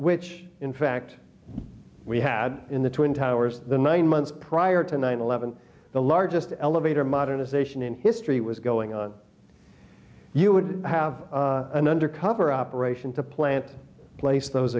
which in fact we had in the twin towers the nine months prior to nine eleven the largest elevator modernization in history was going on you would have an undercover operation to plant place those